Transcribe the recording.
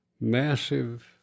massive